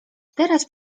teraz